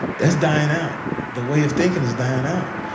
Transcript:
that's dying out. the way of thinking is dying out.